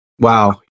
Wow